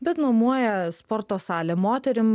bet nuomoja sporto salę moterim